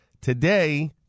today